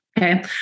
Okay